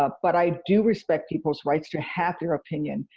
ah but i do respect people's rights to have their opinion.